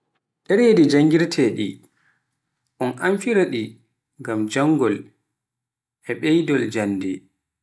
dereji janngirtee ɗe un amfiraa ɗe ngam janngol e ɓeydol jannde.